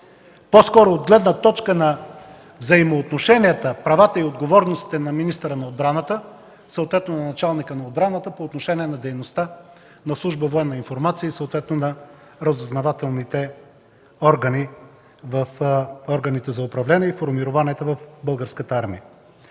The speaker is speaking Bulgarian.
по-скоро от гледна точка на взаимоотношенията, правата и отговорностите на министъра на отбраната, съответно на началника на отбраната, по отношение на дейността на служба „Военна информация” и съответно на разузнавателните органи в органите за управление и формированията в Българската армия.